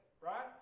right